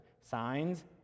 Signs